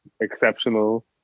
exceptional